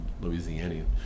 Louisianian